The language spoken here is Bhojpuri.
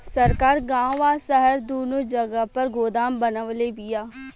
सरकार गांव आ शहर दूनो जगह पर गोदाम बनवले बिया